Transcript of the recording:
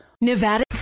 Nevada